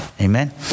Amen